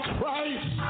Christ